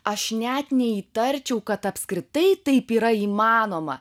aš net neįtarčiau kad apskritai taip yra įmanoma